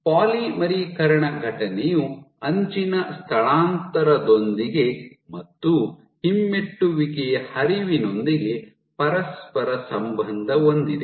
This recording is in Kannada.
ಪಾಲಿಮರೀಕರಣ ಘಟನೆಯು ಅಂಚಿನ ಸ್ಥಳಾಂತರದೊಂದಿಗೆ ಮತ್ತು ಹಿಮ್ಮೆಟ್ಟುವಿಕೆಯ ಹರಿವಿನೊಂದಿಗೆ ಪರಸ್ಪರ ಸಂಬಂಧ ಹೊಂದಿದೆ